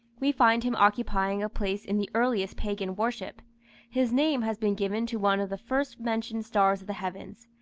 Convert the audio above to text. we find him occupying a place in the earliest pagan worship his name has been given to one of the first-mentioned stars of the heavens,